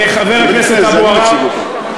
חבר הכנסת אבו עראר,